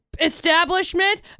establishment